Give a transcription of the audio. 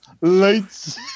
Lights